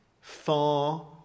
far